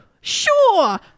Sure